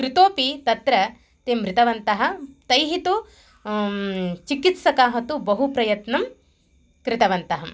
कृतेपि तत्र ते मृतवन्तः तैः तु चिकित्सकाः तु बहु प्रयत्नं कृतवन्तः